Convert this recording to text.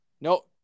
No